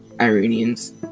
iranians